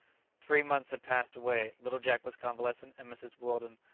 three months had passed away, little jack was convalescent, and mrs. weldon,